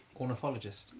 ornithologist